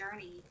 journey